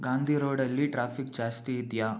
ಗಾಂಧಿ ರೋಡಲ್ಲಿ ಟ್ರಾಫಿಕ್ ಜಾಸ್ತಿ ಇದೆಯಾ